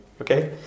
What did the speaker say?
okay